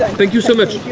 thank you so much